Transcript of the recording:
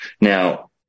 Now